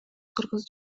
кыргыз